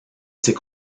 ses